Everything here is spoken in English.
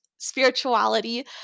spirituality